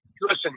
listen